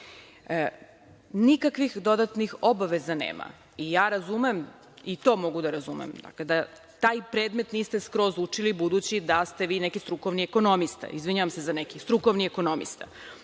Nikakvih dodatnih obaveza nema. Ja razumem, i to mogu da razumem, da taj predmet niste skroz učili, budući da ste vi neki strukovni ekonomista, jer onda ne biste mogli sa